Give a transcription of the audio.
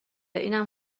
اینم